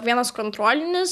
vienas kontrolinis